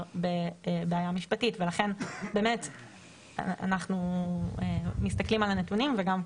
בבעיה משפטית ולכן באמת אנחנו מסתכלים על הנתונים וגם,